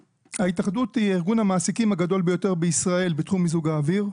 ההתאחדות היא ארגון המעסיקים הגדול ביותר בישראל בתחום מיזוג האוויר.